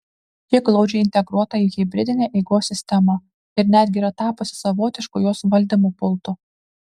ji glaudžiai integruota į hibridinę eigos sistemą ir netgi yra tapusi savotišku jos valdymo pultu